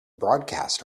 broadcast